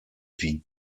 vie